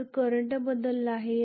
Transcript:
तर करंट बदलला आहे